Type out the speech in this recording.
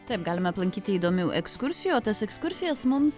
taip galime aplankyti įdomių ekskursijų o tas ekskursijas mums